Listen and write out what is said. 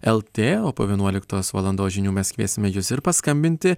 lt o po vienuoliktos valandos žinių mes kviesime jus ir paskambinti